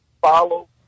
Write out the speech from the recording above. follow